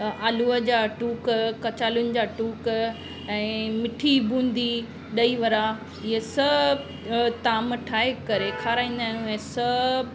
आलूअ जा टूक कचालुनि जा टूक ऐं मिठी बूंदी ॾही वरा हीअ सभु ताम ठाहे करे खाराईंदा आहियूं ऐं सभु